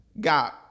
got